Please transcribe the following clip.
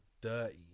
dirty